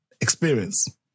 experience